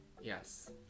yes